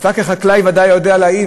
אתה כחקלאי ודאי יודע להעיד,